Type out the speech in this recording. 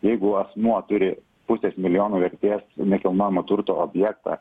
jeigu asmuo turi pusės milijono vertės nekilnojamo turto objektą